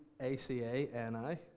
A-C-A-N-I